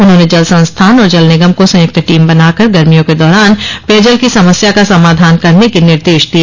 उन्होंने जल संस्थान और जल निगम को संयुक्त टीम बनाकर गर्मियों के दौरान पेयजल की समस्या का समाधान करने के निर्देश दिए